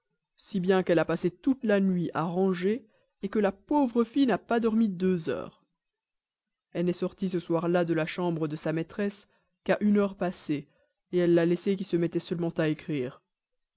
si bien qu'elle a passé toute la nuit à ranger que la pauvre fille n'a pas dormi deux heures elle n'est sortie ce soir-là de la chambre de sa maîtresse qu'à une heure passée elle l'a laissée qui se mettait seulement à écrire